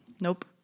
Nope